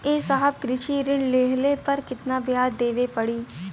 ए साहब कृषि ऋण लेहले पर कितना ब्याज देवे पणी?